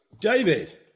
David